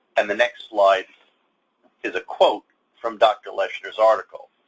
and the next slide is a quote from dr. leshner's article.